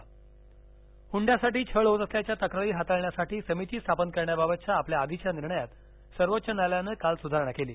हंडाविरोधी हुड्यासाठी छळ होत असल्याच्या तक्रारी हाताळण्यासाठी समिती स्थापन करण्याबाबतच्या आपल्या आधीच्या निर्णयात सर्वोच्च न्यायालयानं काल सुधारणा केली